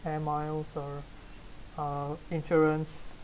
and miles or uh insurance